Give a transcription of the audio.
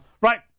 right